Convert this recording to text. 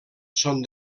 són